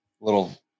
little